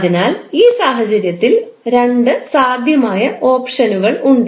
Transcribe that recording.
അതിനാൽ ഈ സാഹചര്യത്തിൽ രണ്ട് സാധ്യമായ ഓപ്ഷനുകൾ ഉണ്ട്